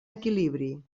equilibri